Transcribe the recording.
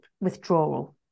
withdrawal